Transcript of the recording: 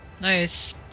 Nice